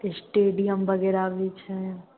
stadium वगैरह भी छै